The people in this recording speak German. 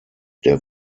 der